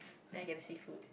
I get the seafood